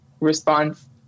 response